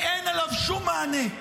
-- ואין עליו שום מענה.